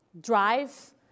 drive